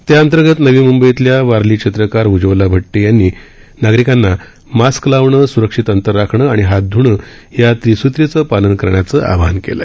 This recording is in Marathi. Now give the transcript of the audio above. त्याअंतर्गत नवी म्ंबईतल्या वारली चित्रकार उज्ज्वला भट्टे यांनी नागरिकांना मास्क लावणं स्रक्षित अंतर राखणं आणि हात ध्णं या त्रिसूत्रीचं पालन करण्याचं आवाहन केलं